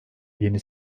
yeni